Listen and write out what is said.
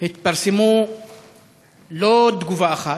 התפרסמו לא תגובה אחת,